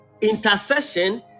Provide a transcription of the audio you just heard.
intercession